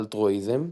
אלטרואיזם,